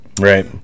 right